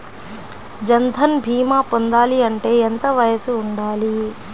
జన్ధన్ భీమా పొందాలి అంటే ఎంత వయసు ఉండాలి?